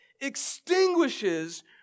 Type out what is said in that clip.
extinguishes